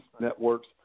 networks